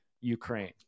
Ukraine